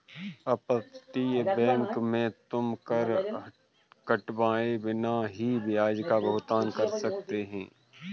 अपतटीय बैंक में तुम कर कटवाए बिना ही ब्याज का भुगतान कर सकते हो